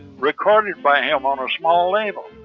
recorded by him on a small label.